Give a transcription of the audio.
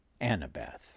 Annabeth